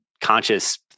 conscious